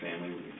family